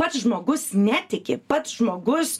pats žmogus netiki pats žmogus